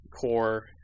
core